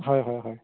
হয় হয় হয়